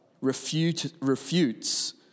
refutes